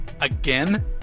Again